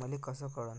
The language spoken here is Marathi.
मले कस कळन?